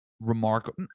remarkable